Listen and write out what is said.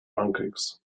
pancakes